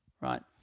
right